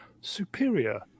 superior